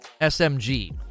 SMG